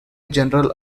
general